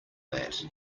that